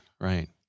right